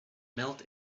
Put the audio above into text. melt